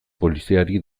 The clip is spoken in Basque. poliziari